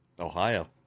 Ohio